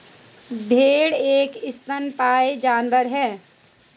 भेड़ एक स्तनपायी जानवर है